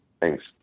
Thanks